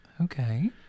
okay